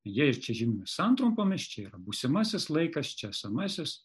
jie ir čia žymimi santrumpomis čia yra būsimasis laikas čia esamasis